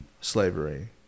slavery